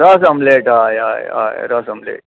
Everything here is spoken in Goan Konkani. रस अमलेट हय हय हय रस अमलेट